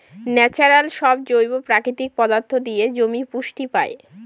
natural সব জৈব প্রাকৃতিক পদার্থ দিয়ে জমি পুষ্টি পায়